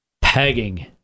Pegging